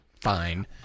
fine